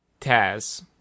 Taz